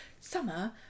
Summer